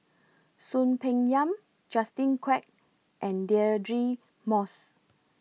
Soon Peng Yam Justin Quek and Deirdre Moss